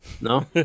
no